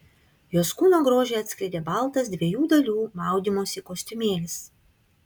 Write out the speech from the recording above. jos kūno grožį atskleidė baltas dviejų dalių maudymosi kostiumėlis